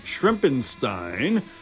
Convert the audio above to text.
Shrimpenstein